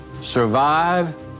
Survive